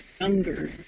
younger